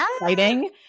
exciting